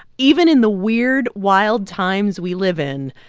even in the weird, wild times we live in,